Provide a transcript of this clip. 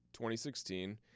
2016